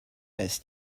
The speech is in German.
ist